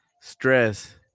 stress